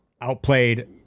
outplayed